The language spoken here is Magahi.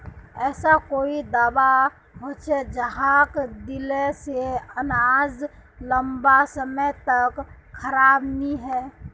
ऐसा कोई दाबा होचे जहाक दिले से अनाज लंबा समय तक खराब नी है?